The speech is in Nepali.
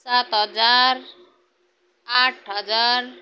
सात हजार आठ हजार